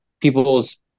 people's